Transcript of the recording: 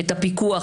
את הפיקוח,